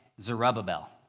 Zerubbabel